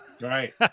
Right